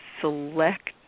Select